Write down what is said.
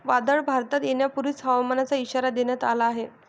वादळ भारतात येण्यापूर्वी हवामानाचा इशारा देण्यात आला आहे